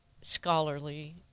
scholarly